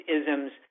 isms